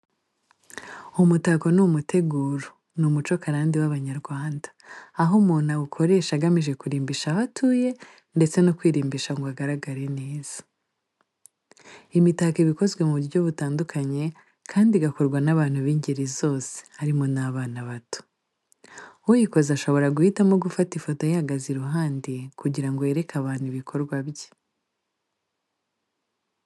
Umutako n’umuteguro, ni umuco karande w’Abanyarwanda, aho umuntu awukoresha agamije kurimbisha aho atuye, ndetse no kwirimbisha ngo agaragare neza. Imitako iba ikozwe mu buryo butandukanye kandi igakorwa n'abantu b'ingeri zose harimo n'abana bato. Uyikoze ashobora guhitamo gufata ifoto ayihagaze iruhande kugirango yereke abantu ibikorwa bye.